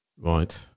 Right